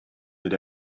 that